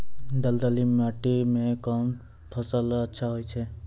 दलदली माटी म कोन फसल अच्छा होय छै?